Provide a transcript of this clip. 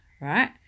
right